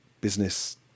business